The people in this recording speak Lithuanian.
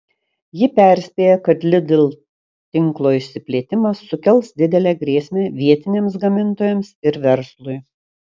ji perspėja kad lidl tinklo išsiplėtimas sukels didelę grėsmę vietiniams gamintojams ir verslui